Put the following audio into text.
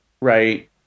Right